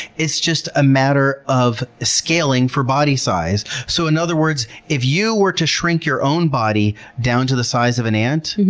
it's just a matter of scaling for body size. so in other words, if you were to shrink your own body down to the size of an ant,